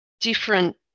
different